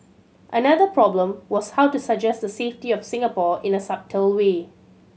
another problem was how to suggest the safety of Singapore in a subtle way